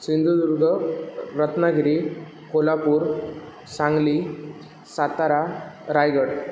Sindhudurg Ratnagiri Kolhapur Sangli Satara Raigad